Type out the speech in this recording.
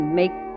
make